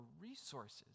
resources